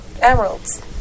Emeralds